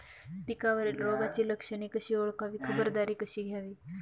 पिकावरील रोगाची लक्षणे कशी ओळखावी, खबरदारी कशी घ्यावी?